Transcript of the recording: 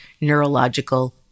neurological